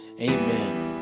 Amen